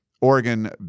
Oregon